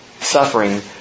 Suffering